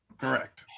Correct